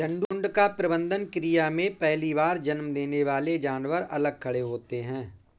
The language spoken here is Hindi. झुंड का प्रबंधन क्रिया में पहली बार जन्म देने वाले जानवर अलग खड़े होते हैं